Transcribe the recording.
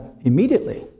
immediately